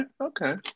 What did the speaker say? Okay